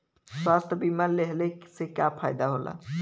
स्वास्थ्य बीमा लेहले से का फायदा होला?